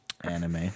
anime